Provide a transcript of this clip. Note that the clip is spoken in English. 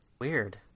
weird